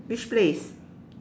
which place